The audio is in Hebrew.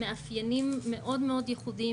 מאפיינים מאוד מאוד ייחודיים,